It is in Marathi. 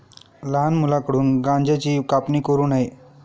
लहान मुलांकडून गांज्याची कापणी करू नये